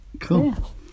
Cool